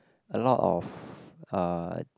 a lot of uh